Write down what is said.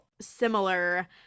similar